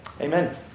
Amen